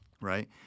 Right